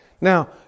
Now